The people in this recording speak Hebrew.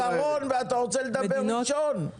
אופיר, הגעת אחרון ואתה רוצה לדבר ראשון?